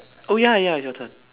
oh ya ya your turn